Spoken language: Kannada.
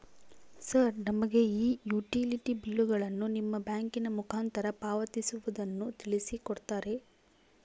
ಸರ್ ನಮಗೆ ಈ ಯುಟಿಲಿಟಿ ಬಿಲ್ಲುಗಳನ್ನು ನಿಮ್ಮ ಬ್ಯಾಂಕಿನ ಮುಖಾಂತರ ಪಾವತಿಸುವುದನ್ನು ತಿಳಿಸಿ ಕೊಡ್ತೇರಾ?